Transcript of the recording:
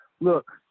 look